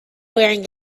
wearing